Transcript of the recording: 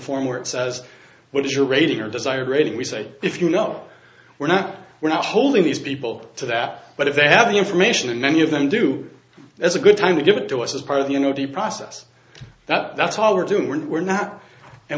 form where it says what is your rating or desired rating we say if you know we're not we're not holding these people to that but if they have the information and many of them do as a good time to give it to us as part of the you know the process that's all we're doing we're not we're not and